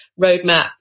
roadmap